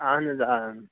اَہَن حَظ آ